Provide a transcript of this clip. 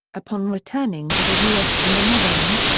upon returning to the us from the netherlands,